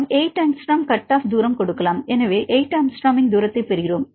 நாம் 8 angstrom cut off தூரம் கொடுக்கலாம் எனவே 8 ஆங்ஸ்ட்ரோமின் தூரத்தைப் பெறுகிறோம்